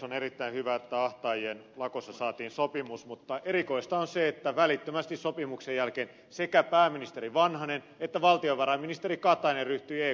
on erittäin hyvä että ahtaajien lakossa saatiin sopimus mutta erikoista on se että välittömästi sopimuksen jälkeen sekä pääministeri vanhanen että valtiovarainministeri katainen ryhtyivät ekn äänitorveksi